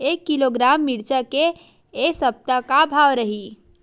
एक किलोग्राम मिरचा के ए सप्ता का भाव रहि?